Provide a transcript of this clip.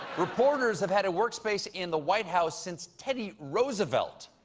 reporters have had a workspace in the white house since teddy roosevelt.